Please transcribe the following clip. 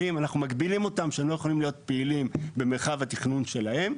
האם אנחנו מגבילים אותם שהם לא יכולים להיות פעילים במרחב התכנון שלהם?